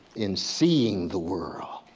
in seeing the world.